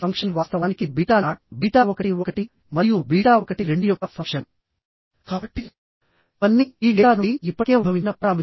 ఒక్క RCC structure లో తప్ప ఇక్కడ టెన్షన్ మెంబర్స్ ది ఒక ముఖ్యమైన పాత్ర